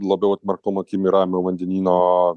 labiau atmerktom akim į ramiojo vandenyno